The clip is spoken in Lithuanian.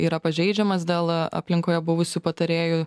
yra pažeidžiamas dėl aplinkoje buvusių patarėjų